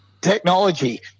technology